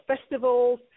festivals